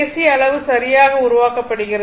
C அளவு சரியாக உருவாக்கப்படுகிறது